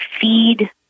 feed